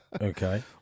Okay